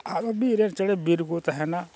ᱟᱨᱚ ᱵᱤᱨ ᱨᱮᱱ ᱪᱮᱬᱮ ᱵᱤᱨ ᱠᱚ ᱛᱟᱦᱮᱱᱟ